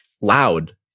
loud